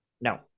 no